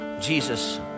Jesus